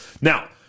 Now